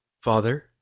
Father